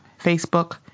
Facebook